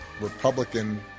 Republican